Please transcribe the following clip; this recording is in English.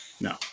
no